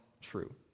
true